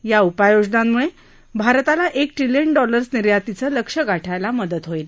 या उपाययोजनांमुळे भारताला एक ट्रिलियन डॉलर्स निर्यातीचं लक्ष्य गाठायला मदत होईल